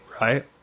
right